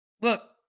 Look